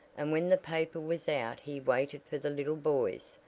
and when the paper was out he waited for the little boys,